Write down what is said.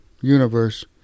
universe